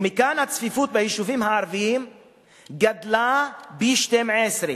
ומכאן, הצפיפות ביישובים הערביים גדלה פי-12.